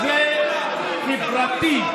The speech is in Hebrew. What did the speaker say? זה חברתי.